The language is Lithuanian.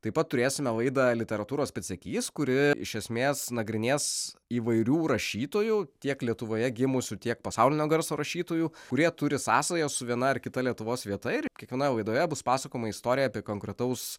taip pat turėsime laidą literatūros pėdsekys kuri iš esmės nagrinės įvairių rašytojų tiek lietuvoje gimusių tiek pasaulinio garso rašytojų kurie turi sąsają su viena ar kita lietuvos vieta ir kiekvienoje laidoje bus pasakojama istorija apie konkretaus